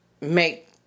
make